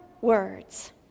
words